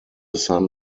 son